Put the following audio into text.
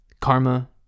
Karma